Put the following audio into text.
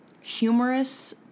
humorous